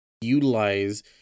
utilize